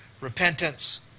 repentance